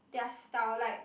their style like